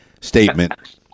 statement